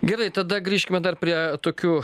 gerai tada grįžkime dar prie tokių